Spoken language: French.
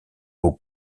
aux